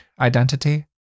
identity